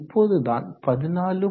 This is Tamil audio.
இப்போதுதான் 14